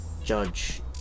judge